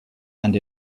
and